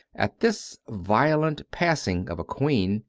at this violent passing of a queen.